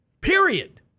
Period